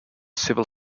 civil